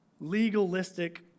legalistic